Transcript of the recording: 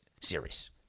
series